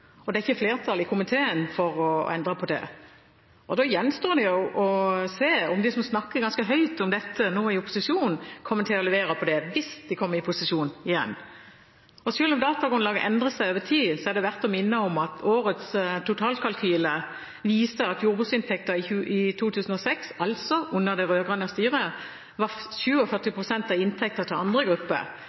inntektsoppgjør. Det er ikke flertall i komiteen for å endre på det. Da gjenstår det å se om de som snakker ganske høyt om dette nå i opposisjon, kommer til å levere på det hvis de kommer i posisjon igjen. Selv om datagrunnlaget endrer seg over tid, er det verdt å minne om at årets totalkalkyle viser at jordbruksinntekten i 2006, altså under det rød-grønne styret, var 47 pst. av inntekten til andre grupper,